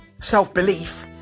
self-belief